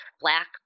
black